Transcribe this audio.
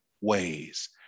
ways